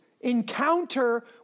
encounter